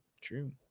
True